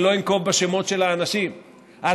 אני לא אנקוב בשמות של האנשים ההצעה